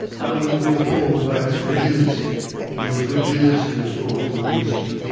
and other than to be appalled by its fragility and the fragility of thought and reason.